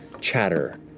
chatter